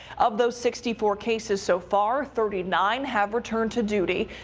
of those sixty four cases so far thirty nine have returned to duty.